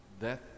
death